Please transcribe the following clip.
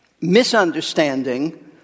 misunderstanding